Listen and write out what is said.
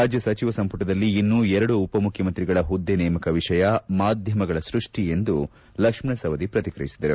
ರಾಜ್ಯ ಸಚಿವ ಸಂಪುಟದಲ್ಲಿ ಇನ್ನೂ ಎರಡು ಉಪಮುಖ್ಯಮಂತ್ರಿಗಳ ಹುದ್ದೆ ನೇಮಕ ವಿಷಯ ಮಾಧ್ಯಮಗಳ ಸೃಷ್ಠಿ ಎಂದು ಲಕ್ಷ್ಮಣ ಸವದಿ ಪ್ರತಿಕ್ರಿಯಿಸಿದರು